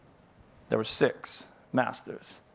there were six masters,